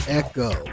echo